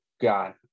God